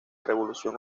revolución